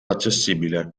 accessibile